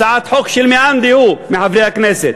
הצעת חוק של מאן דהוא מחברי הכנסת,